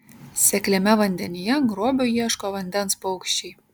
sekliame vandenyje grobio ieško vandens paukščiai